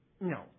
No